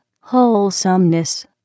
wholesomeness